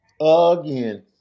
Again